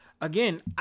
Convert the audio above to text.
again